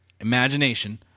imagination